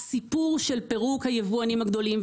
הסיפור של פירוק היבואנים הגדולים,